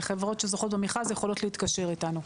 וחברות שזוכות במכרז יכולות להתקשר איתנו.